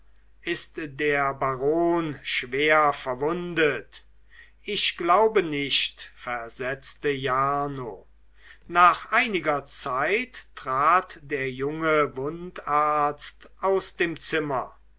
ist der baron schwer verwundet ich glaube nicht versetzte jarno nach einiger zeit trat der junge wundarzt aus dem zimmer